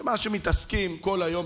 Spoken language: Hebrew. שמה שהם מתעסקים בו כל היום,